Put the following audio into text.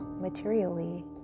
materially